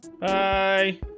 Bye